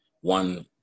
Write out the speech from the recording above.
one